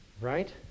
Right